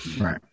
Right